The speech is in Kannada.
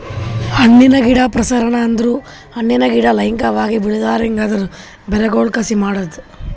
ಹಣ್ಣಿನ ಗಿಡ ಪ್ರಸರಣ ಅಂದುರ್ ಹಣ್ಣಿನ ಗಿಡ ಲೈಂಗಿಕವಾಗಿ ಬೆಳಿಲಾರ್ದಂಗ್ ಅದರ್ ಬೇರಗೊಳ್ ಕಸಿ ಮಾಡದ್